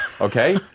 Okay